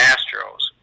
Astros